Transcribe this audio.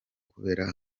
kubera